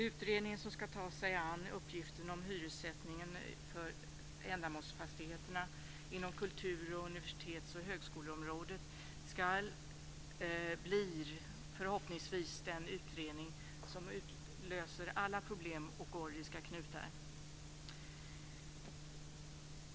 Utredningen som ska ta sig an uppgiften om hyressättning för ändamålsfastigheter inom kultur samt universitets och högskoleområdet blir förhoppningsvis den utredning som löser alla problem och gordiska knutar.